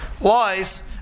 lies